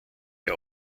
der